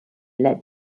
led